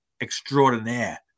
extraordinaire